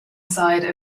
side